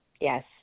Yes